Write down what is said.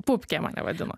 pupke mane vadino